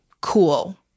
cool